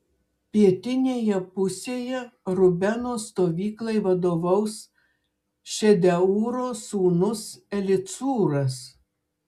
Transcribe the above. pietinėje pusėje rubeno stovyklai vadovaus šedeūro sūnus elicūras